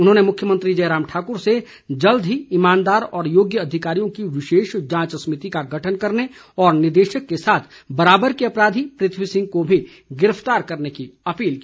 उन्होंने मुख्यमंत्री जयराम ठाकुर से जल्द ही ईमानदार व योग्य अधिकारियों की विशेष जांच समिति का गठन करने और निदेशक के साथ बराबर के अपराधी पृथ्वी सिंह को भी गिरफ्तार करने की अपील की